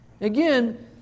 Again